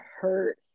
hurt